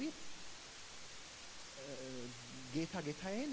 we get paid